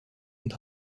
und